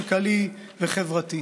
כלכלי וחברתי.